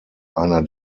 einer